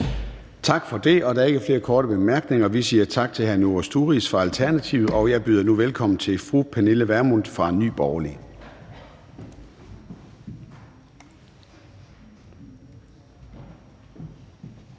Tak for det. Der er ikke flere korte bemærkninger, og så siger vi tak til hr. Noah Sturis fra Alternativet. Jeg byder nu velkommen til fru Pernille Vermund fra Nye Borgerlige.